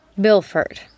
Bilford